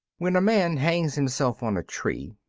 when a man hangs himself on a tree,